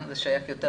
זה שייך יותר